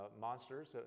monsters